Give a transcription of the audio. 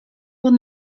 will